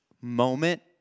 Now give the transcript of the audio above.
moment